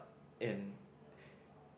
in